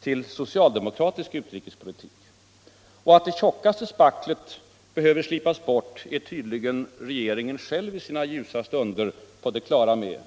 till socialdemokratisk utrikespolitik. Och att det tjockaste spacklet behöver slipas bort är tydligen regeringen själv i sina ljusa stunder på det klara med.